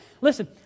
Listen